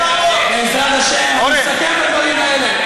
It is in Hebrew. בעזרת השם עוד נסכם את הדברים האלה.